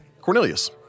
Cornelius